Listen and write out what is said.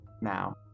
now